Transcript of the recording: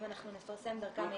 אם אנחנו נפרסם דרכם מידע.